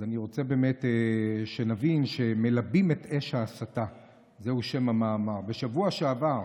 אז אני רוצה באמת שנבין ש"מלבים את אש ההסתה" זהו שם המאמר: בשבוע שעבר